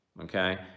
okay